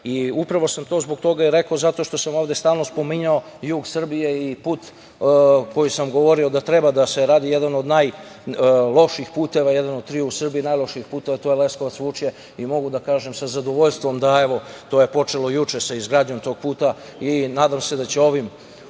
i upravo sam to zbog toga i rekao zato što sam ovde stalno spominjao jug Srbije i put za koji sam govorio da treba da se radi, jedan od najlošijih puteva u Srbiji, a to je Leskovac – Vučje i mogu da kažem sa zadovoljstvom u stvari da je juče početo sa izgradnjom tog puta i nadam se da će ovakvim